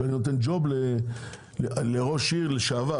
שאני נותן ג'וב לראש עיר לשעבר,